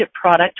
product